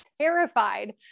terrified